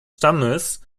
stammes